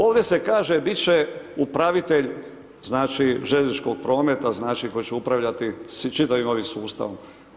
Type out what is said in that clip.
Ovdje se kaže biti će upravitelj znači željezničkog prometa znači koji će upravljati čitavim ovim sustavom.